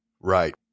Right